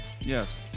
Yes